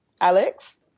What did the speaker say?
Alex